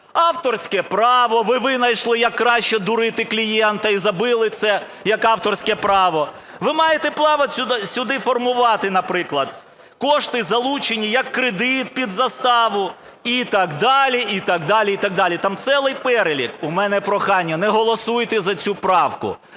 авторське право: ви винайшли, як краще дурити клієнта і забили це як авторське право. Ви маєте право сюди формувати, наприклад, кошти залучені як кредит під заставу і так далі, і так далі, там цілий перелік. У мене прохання, не голосуйте за цю правку.